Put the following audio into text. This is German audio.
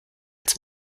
als